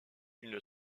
d’une